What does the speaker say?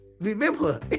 Remember